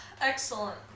Excellent